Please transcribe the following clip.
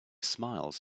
smiles